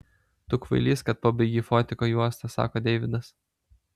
tu kvailys kad pabaigei fotiko juostą sako deividas